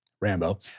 Rambo